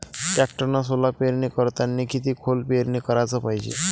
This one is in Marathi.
टॅक्टरनं सोला पेरनी करतांनी किती खोल पेरनी कराच पायजे?